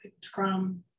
Scrum